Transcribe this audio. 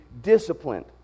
disciplined